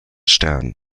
stern